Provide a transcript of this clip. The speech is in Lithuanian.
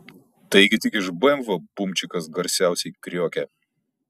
taigi tik iš bemvo bumčikas garsiausiai kriokia